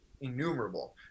innumerable